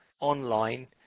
online